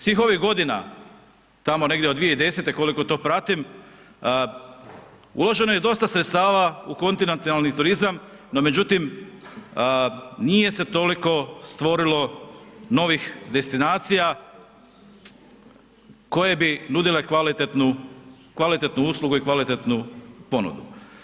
Svih ovih godina, tamo negdje od 2010.g., koliko to pratim, uloženo je dosta sredstava u kontinentalni turizam, no međutim, nije se toliko stvorilo novih destinacija koje bi nudile kvalitetnu uslugu i kvalitetnu ponudu.